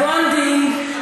הבונדינג,